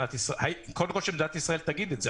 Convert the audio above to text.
תודה.